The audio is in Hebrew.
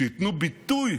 שייתנו ביטוי